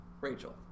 Rachel